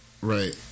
Right